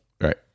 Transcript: Right